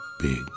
big